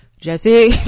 Jesse